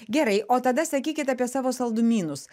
gerai o tada sakykit apie savo saldumynus